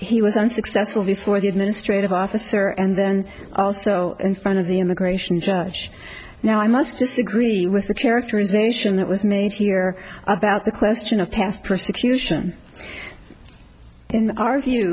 he was unsuccessful before the administrative officer and then also in front of the immigration judge now i must disagree with the characterization that was made here about the question of past persecution